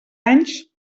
anys